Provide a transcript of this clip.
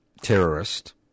terrorist